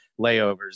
layovers